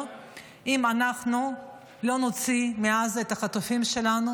אם אנחנו לא נוציא מעזה את החטופים שלנו,